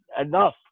enough